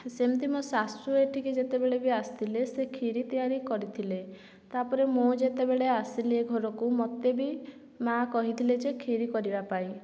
ସେମିତି ମୋ ଶାଶୁ ଏଠିକି ଯେତେବେଳେ ବି ଆସିଥିଲେ ସେ କ୍ଷିରି ତିଆରି କରିଥିଲେ ତା ପରେ ମୁଁ ଯେତେବେଳେ ଆସିଲି ଏ ଘରକୁ ମୋତେ ବି ମା କହିଥିଲେ ଯେ କ୍ଷିରି କରିବାପାଇଁ